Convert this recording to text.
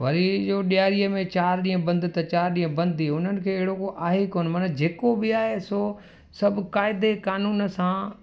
वरी इहो ॾियारीअ में चार ॾींहं बंदि त चार ॾींहं बंदि ई हुननि खे अहिड़ो को आहे कोन माना जेके बि आहे सो सभु क़ाइदे क़ानून सां